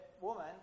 woman